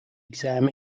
exam